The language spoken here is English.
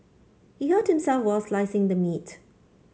he hurt himself while slicing the meat